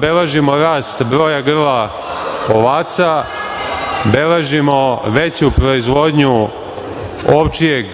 beležimo rast broja grla ovaca, beležimo veću proizvodnju ovčjeg